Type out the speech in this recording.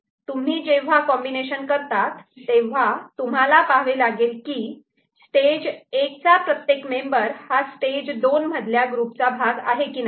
तुम्ही जेव्हा कॉम्बिनेशन करतात तेव्हा तुम्हाला पाहावे लागेल की स्टेज 1 चा प्रत्येक मेंबर हा स्टेज 2 मधल्या ग्रुपचा भाग आहे की नाही